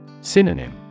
Synonym